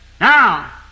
Now